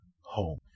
home